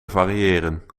variëren